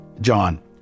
John